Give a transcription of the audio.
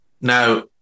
Now